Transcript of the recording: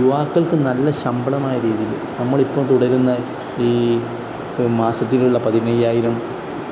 യുവാക്കൾക്ക് നല്ല ശമ്പളമായ രീതിയിൽ നമ്മൾ ഇപ്പോൾ തുടരുന്ന ഈ മാസത്തിലുള്ള പതിനഞ്ചായിരം